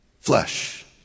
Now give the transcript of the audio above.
flesh